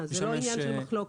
זה לא עניין של מחלוקת.